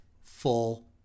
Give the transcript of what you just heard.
full